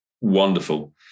wonderful